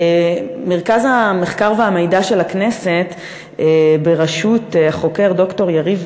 מרכז המחקר והמידע של הכנסת בראשות החוקר ד"ר יניב